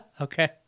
okay